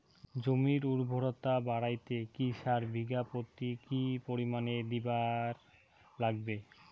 জমির উর্বরতা বাড়াইতে কি সার বিঘা প্রতি কি পরিমাণে দিবার লাগবে?